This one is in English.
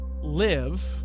live